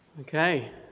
Okay